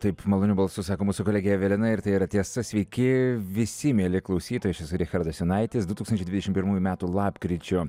taip maloniu balsu sako mūsų kolegė evelina ir tai yra tiesa sveiki visi mieli klausytojai aš esu richardas jonaitis du tūkstančiai dvidešimt pirmųjų metų lapkričio